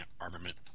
armament